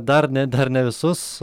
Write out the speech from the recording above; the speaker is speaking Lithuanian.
dar ne dar ne visus